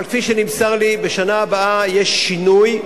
כפי שנמסר לי, בשנה הבאה יהיה שינוי,